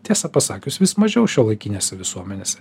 tiesą pasakius vis mažiau šiuolaikinėse visuomenėse